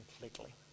completely